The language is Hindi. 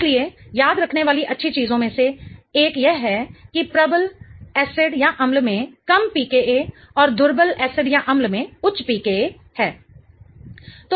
इसलिए याद रखने वाली अच्छी चीजों में से एक यह है कि प्रबल एसिडअम्ल में कम pKa और दुर्बल एसिडअम्ल में उच्च pKa है